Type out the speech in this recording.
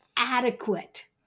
adequate